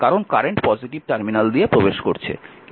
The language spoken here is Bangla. কারণ কারেন্ট পজিটিভ টার্মিনাল দিয়ে প্রবেশ করছে